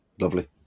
Lovely